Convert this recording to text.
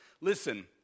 Listen